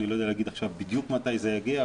אני לא יודע להגיד עכשיו בדיוק מתי זה יגיע,